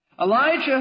Elijah